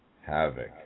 Havoc